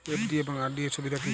FD এবং R D এর সুবিধা কী?